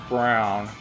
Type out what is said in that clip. Brown